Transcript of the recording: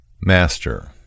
Master